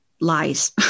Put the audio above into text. lies